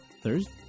Thursday